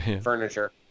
furniture